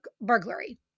burglary